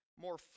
more